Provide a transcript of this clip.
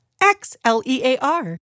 X-L-E-A-R